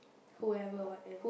whoever whatever